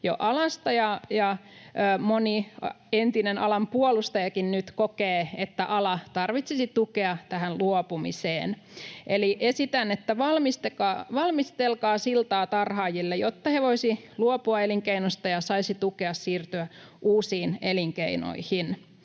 alasta, ja moni entinen alan puolustajakin nyt kokee, että ala tarvitsisi tukea tähän luopumiseen. Eli esitän, että valmistelkaa siltaa tarhaajille, jotta he voisivat luopua elinkeinosta ja saisivat tukea uusiin elinkeinoihin